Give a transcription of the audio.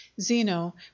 Zeno